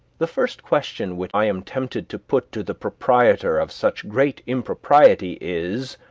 the first question which i am tempted to put to the proprietor of such great impropriety is,